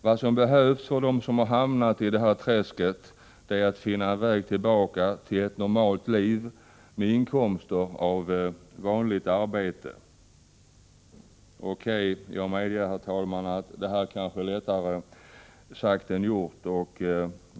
Vad som behövs för dem som hamnat i detta träsk är att finna en väg tillbaka till ett normalt liv med inkomster av vanligt arbete. Jag medger, herr talman, att detta kanske är lättare sagt än gjort.